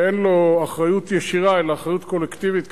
שאין לו אחריות ישירה אלא אחריות קולקטיבית,